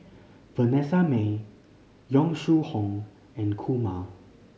Vanessa Mae Yong Shu Hoong and Kumar